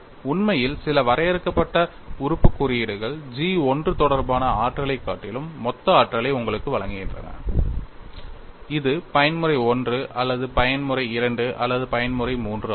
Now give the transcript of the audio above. உண்மையில் சில வரையறுக்கப்பட்ட உறுப்புக் குறியீடுகள் G I தொடர்பான ஆற்றலைக் காட்டிலும் மொத்த ஆற்றலை உங்களுக்கு வழங்குகின்றன இது பயன்முறை I அல்லது பயன்முறை II அல்லது பயன்முறை III ஆகும்